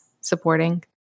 supporting